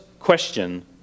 question